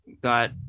got